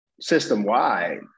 system-wide